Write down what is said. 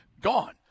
gone